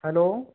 hello